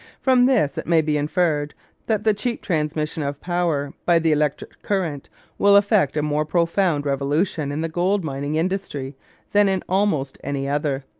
from this it may be inferred that the cheap transmission of power by the electric current will effect a more profound revolution in the gold-mining industry than in almost any other.